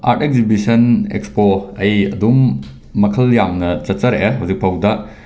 art exhibition expo ꯑꯩ ꯑꯗꯨꯝ ꯃꯈꯜ ꯌꯥꯝꯅ ꯆꯠꯆꯔꯛꯂꯦ ꯍꯧꯖꯤꯛ ꯐꯥꯎꯕꯗ